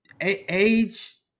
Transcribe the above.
age